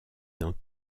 dans